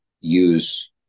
use